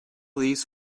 these